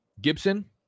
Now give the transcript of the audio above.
Gibson